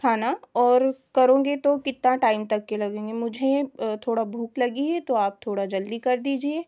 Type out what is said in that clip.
खाना और करूंगी तो कितना टाइम तक के लगेंगे मुझे थोड़ा भूख लगी है तो आप थोड़ा जल्दी कर दीजिए